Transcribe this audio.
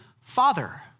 father